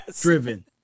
driven